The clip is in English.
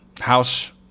House